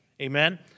Amen